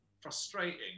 frustrating